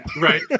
Right